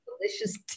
delicious